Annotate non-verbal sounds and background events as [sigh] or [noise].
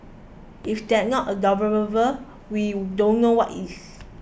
if that's not [unintelligible] we don't know what is